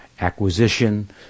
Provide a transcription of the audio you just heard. acquisition